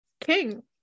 King